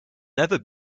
never